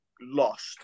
lost